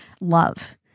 love